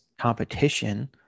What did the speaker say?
competition